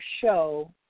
show